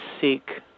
seek